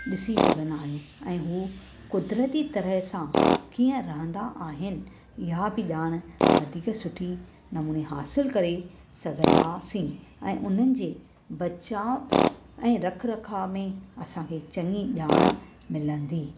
ॾिसी सघंदा आहियूं ऐं हू क़ुदरती तरह सां कीअं रहंदा आहिनि इहा बि ॼाण वधीक सूठी नमूने हासिलु करे सघंदासीं ऐं उन्हनि जे बचाव ऐं रख रखाव में चङी ॼाण मिलंदी